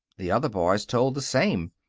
the other boys told the same.